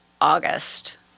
August